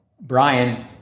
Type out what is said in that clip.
Brian